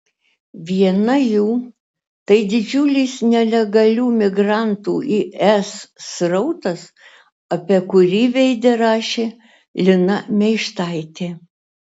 viena jų tai didžiulis nelegalių migrantų į es srautas apie kurį veide rašė lina meištaitė